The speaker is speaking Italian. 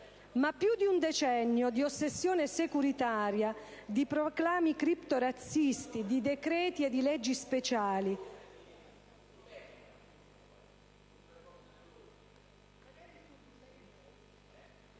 Ma più di un decennio di ossessione securitaria, di proclami criptorazzisti, di decreti e di leggi speciali...